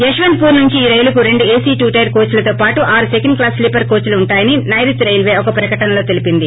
యశ్వంతపూర్ నుంచి ఈ రైలుకు రెండు ఏసీ టు టైర్ కోచ్లతో పాటు ఆరు సెకెండ్ క్లాస్ స్లీపర్ కోచ్లు ఉంటాయని నైరుతి రైల్వే ఒక ప్రకటనలో తెలీపింది